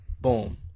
Boom